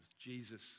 Jesus